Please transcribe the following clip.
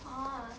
orh